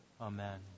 Amen